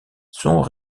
sont